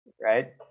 right